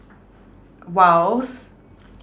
!wow!